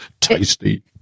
tasty